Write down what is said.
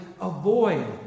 avoid